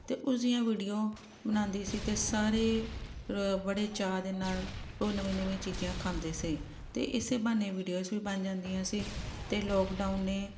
ਅਤੇ ਉਸਦੀਆਂ ਵੀਡੀਓ ਬਣਾਉਂਦੀ ਸੀ ਅਤੇ ਸਾਰੇ ਬੜੇ ਚਾਅ ਦੇ ਨਾਲ ਉਹ ਨਵੀਂਆਂ ਨਵੀਆਂ ਚੀਜ਼ਾਂ ਖਾਂਦੇ ਸੀ ਅਤੇ ਇਸੇ ਬਹਾਨੇ ਵੀਡੀਓਸ ਵੀ ਬਣ ਜਾਂਦੀਆਂ ਸੀ ਅਤੇ ਲੋਕਡਾਊਨ ਨੇ